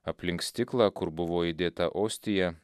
aplink stiklą kur buvo įdėta ostija